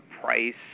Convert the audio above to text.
price